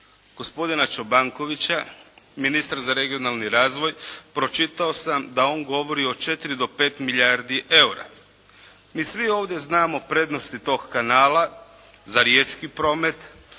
gospodina Čobankovića, ministra za regionalni razvoj, pročitao sam da on govori od 4 do 5 milijardi eura. Mi svi ovdje znamo prednosti tog kanala za riječki promet,